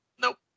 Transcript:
Nope